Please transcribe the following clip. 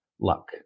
luck